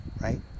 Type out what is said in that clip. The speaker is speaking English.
right